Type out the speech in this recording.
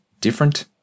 different